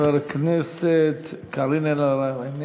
חברת הכנסת קארין אלהרר, איננה.